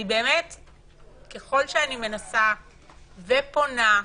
ככל שאני מנסה ופונה,